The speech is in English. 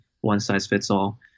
one-size-fits-all